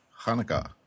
Hanukkah